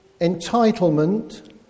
entitlement